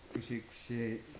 गोसो खुसियै